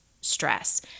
stress